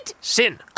sin